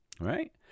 right